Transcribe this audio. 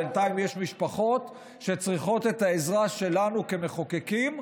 בינתיים יש משפחות שצריכות את העזרה שלנו כמחוקקים,